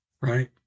right